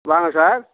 வாங்க சார்